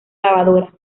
lavadora